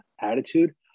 attitude